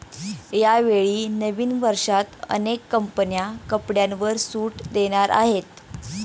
यावेळी नवीन वर्षात अनेक कंपन्या कपड्यांवर सूट देणार आहेत